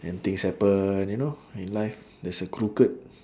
and things happen you know in life there's a crooked